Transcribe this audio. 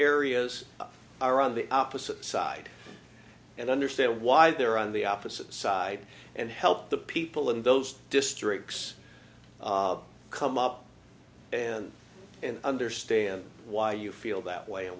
areas are on the opposite side and understand why they're on the opposite side and help the people in those districts come up and and understand why you feel that way and